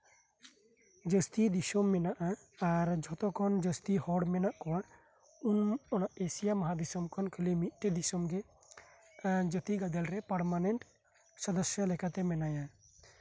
ᱡᱷᱚᱛᱚᱠᱷᱚᱱ ᱡᱟᱥᱛᱤ ᱢᱮᱱᱟᱜᱼᱟ ᱟᱨ ᱡᱷᱚᱛᱚᱠᱷᱚᱱ ᱡᱟᱥᱛᱤ ᱦᱚᱲ ᱢᱮᱱᱟᱜ ᱠᱚᱣᱟ ᱩᱱ ᱚᱱᱟ ᱮᱥᱤᱭᱟ ᱢᱚᱦᱟ ᱫᱤᱥᱚᱢ ᱠᱷᱚᱱ ᱠᱷᱟᱞᱤ ᱢᱤᱫ ᱴᱮᱱ ᱫᱤᱥᱚᱢ ᱜᱮ ᱮᱫ ᱡᱟᱛᱤ ᱜᱟᱫᱮᱞ ᱨᱮ ᱯᱟᱨᱢᱟᱱᱮᱱᱴ ᱥᱚᱫᱚᱥᱥᱚ ᱞᱮᱠᱟᱛᱮ ᱢᱮᱱᱟᱭᱟ